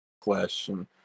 question